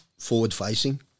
forward-facing